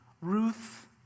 Ruth